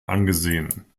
angesehen